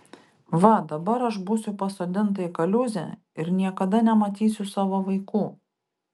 va dabar aš būsiu pasodinta į kaliūzę ir niekada nematysiu savo vaikų